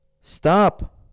Stop